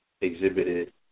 exhibited